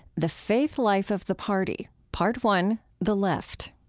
the faith life of the party part one, the left.